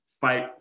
fight